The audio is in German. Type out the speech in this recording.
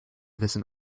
wissen